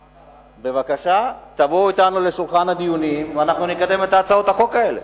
נו, אז מה קרה?